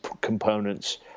components